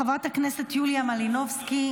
חברת הכנסת יוליה מלינובסקי,